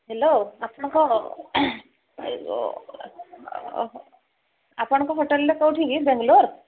hello ଆପଣଙ୍କ ଆପଣଙ୍କ ହୋଟେଲରେ କୋଉଠି କି ବେଙ୍ଗଲୋର